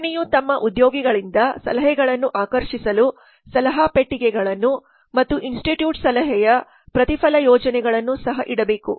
ಕಂಪನಿಯು ತಮ್ಮ ಉದ್ಯೋಗಿಗಳಿಂದ ಸಲಹೆಗಳನ್ನು ಆಕರ್ಷಿಸಲು ಸಲಹಾ ಪೆಟ್ಟಿಗೆಗಳನ್ನು ಮತ್ತು ಇನ್ಸ್ಟಿಟ್ಯೂಟ್ ಸಲಹೆಯ ಪ್ರತಿಫಲ ಯೋಜನೆಗಳನ್ನು ಸಹ ಇಡಬೇಕು